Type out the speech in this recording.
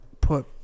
put